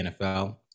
NFL